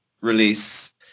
release